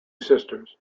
sisters